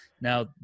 Now